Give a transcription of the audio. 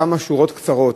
כמה שורות קצרות,